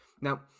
Now